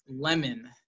lemon